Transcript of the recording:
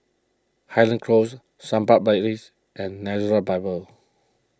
Highland Close Sampan Place and Nazareth Bible